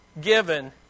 given